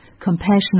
compassionate